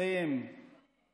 יתקנו את זה.